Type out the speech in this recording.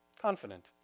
confident